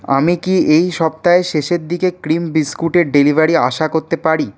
আমি কি এই সপ্তাহের শেষের দিকে ক্রিম বিস্কুটের ডেলিভারি আশা করতে পারি